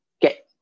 get